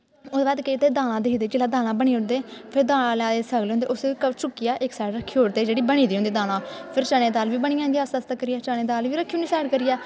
ओह्दे बाद केह् करदे दालां दिखदे जेल्लै दालां बनी ओड़दे फिर दालें आह्ले सगले होंदे उसी चुक्कियै इक साईड रक्खी ओड़दे जेह्ड़ी बनी दी होंदी दालां फिर चने दी दाल बी बनी जंदी आस्ता आस्ता करियै चने दी दाल बी रक्खी ओड़नी साईड करियै